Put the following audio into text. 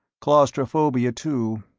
claustrophobia too.